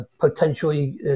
potentially